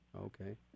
okay